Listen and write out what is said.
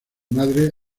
madre